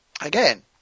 Again